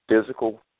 physical